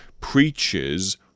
preaches